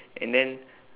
and then